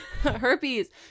herpes